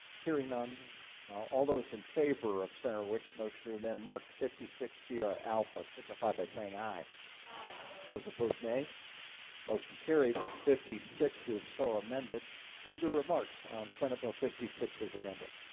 hearing none all those in favor of center wix motion to amend marked fifty six zero alpha signify by saying aye those opposed nay motion carried fifty six is so amended further remarks on senate bill fifty six as amended